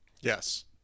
yes